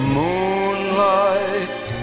moonlight